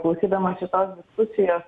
klausydama šitos diskusijos